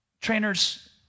trainers